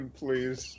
please